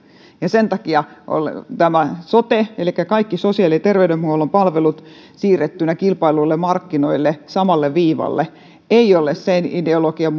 sen takia tämä sote elikkä kaikki sosiaali ja terveydenhuollon palvelut siirrettynä kilpailuille markkinoille samalle viivalle ei ole sen ideologian